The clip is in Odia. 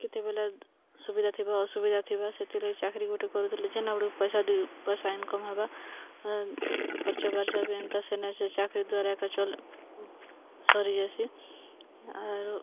କେତେବେଲେ ସୁବିଧା ଥିବ ଅସୁବିଧା ଥିବା ସେଥିଲାଗି ଚାକିରି ଗୋଟେ କରୁଥିଲି ଯେ ନାଡ଼ୁ ପଇସା ଦୁଇ ପଇସା ଇନକମ୍ ହେବା ଏ ଖର୍ଚ୍ଚ ବାର୍ଚ୍ଚ ବି ଏନ୍ତା ସେ ନାଇ ସେ ଚାକିରି ଦ୍ୱାରା ଏକା ଚଲେ ସରିଗେସି ଆରୁ